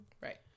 right